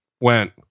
went